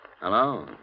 Hello